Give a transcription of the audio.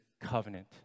covenant